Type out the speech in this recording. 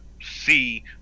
see